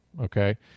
okay